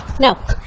no